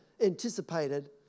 anticipated